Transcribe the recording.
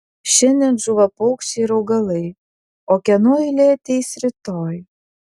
šiandien žūva paukščiai ir augalai o kieno eilė ateis rytoj